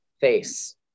face